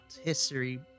history